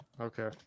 Okay